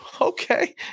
okay